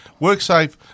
Worksafe